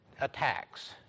attacks